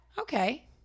okay